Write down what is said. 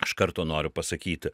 iš karto noriu pasakyti